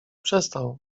przestał